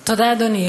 תודה, אדוני.